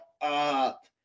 up